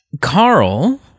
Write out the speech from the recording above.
Carl